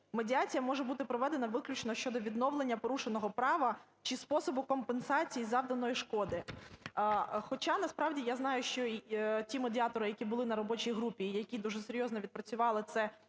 медіація може бути проведена виключно щодо відновлення порушеного права чи способу компенсації завданої шкоди. Хоча насправді я знаю, що ті медіатори, які були на робочій групі і які дуже серйозно відпрацювали це